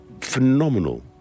phenomenal